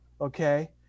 Okay